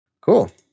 cool